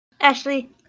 Ashley